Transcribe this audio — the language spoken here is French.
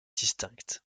distinctes